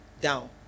down